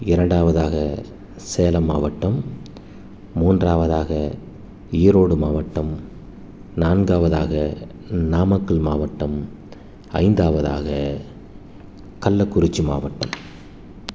இரண்டாவதாக சேலம் மாவட்டம் மூன்றாவதாக ஈரோடு மாவட்டம் நான்காவதாக நாமக்கல் மாவட்டம் ஐந்தாவதாக கள்ளக்குறிச்சி மாவட்டம்